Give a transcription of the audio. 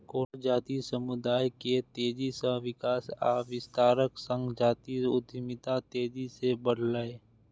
कोनो जातीय समुदाय के तेजी सं विकास आ विस्तारक संग जातीय उद्यमिता तेजी सं बढ़लैए